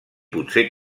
potser